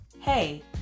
hey